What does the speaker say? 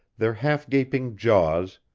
their half-gaping jaws,